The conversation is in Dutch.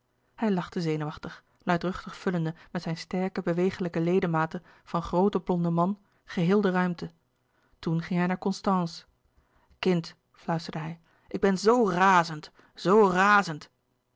hij lachte zenuwachtig luidruchtig vullende met zijne sterke bewegelijke ledematen van grooten blonden man geheel de ruimte toen ging hij naar constance kind fluisterde hij ik ben zoo razend zoo razend